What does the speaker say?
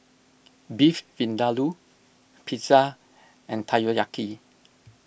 Beef Vindaloo Pizza and Takoyaki